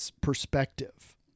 perspective